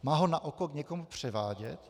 Má ho na oko někomu převádět?